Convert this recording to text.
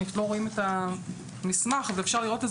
אפשר לראות,